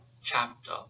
chapter